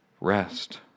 rest